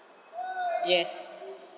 yes